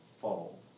fall